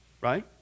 right